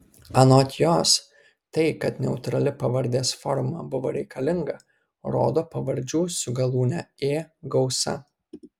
anot jos tai kad neutrali pavardės forma buvo reikalinga rodo pavardžių su galūne ė gausa